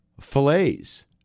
fillets